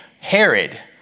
Herod